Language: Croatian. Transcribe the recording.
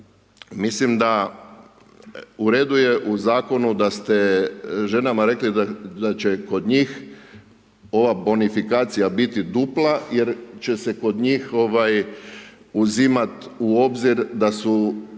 mislim da, u redu je u Zakonu da ste ženama rekli da će kod njih ova bonifikacija biti dupla jer će se kod njih uzimati u obzir da su imale